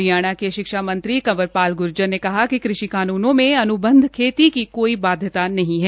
हरियाणा के शिक्षा मंत्री कंवर पाल ग्र्जर ने कहा कि कृषि कानूनों में अन्बंध खेती की कोई बाध्यता नहीं है